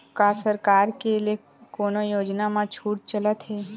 का सरकार के ले कोनो योजना म छुट चलत हे?